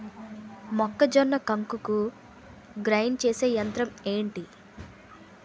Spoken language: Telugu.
మొక్కజొన్న కంకులు గ్రైండ్ చేసే యంత్రం ఏంటి?